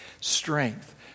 strength